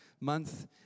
Month